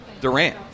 Durant